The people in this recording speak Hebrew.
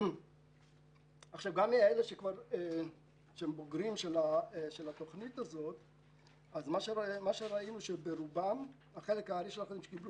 גם מתוך בוגרי התוכנית הזו ראינו שהחלק הארי של אלה שקיבלו